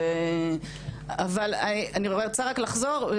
אני רוצה רק לחזור,